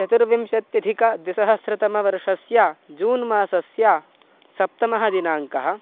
चतुर्विंशत्यधिकद्विसहस्रतमवर्षस्य जून् मासस्य सप्तमः दिनाङ्कः